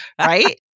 right